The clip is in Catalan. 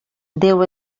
déu